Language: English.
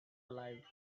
alive